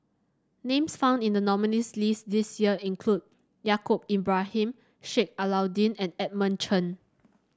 names found in the nominees' list this year include Yaacob Ibrahim Sheik Alau'ddin and Edmund Chen